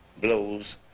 blows